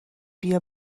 بیا